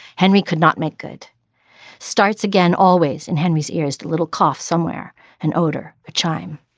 henry could not make good starts again. always in henry's ears a little cough somewhere an odor a chime.